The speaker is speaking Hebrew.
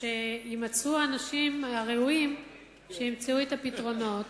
שיימצאו האנשים הראויים שימצאו את הפתרונות,